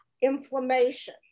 inflammation